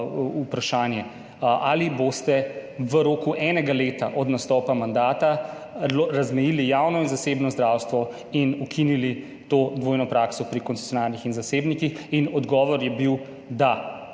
vprašanje, ali boste v roku enega leta od nastopa mandata razmejili javno in zasebno zdravstvo in ukinili to dvojno prakso pri koncesionarjih in zasebnikih. In odgovor s strani